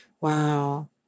Wow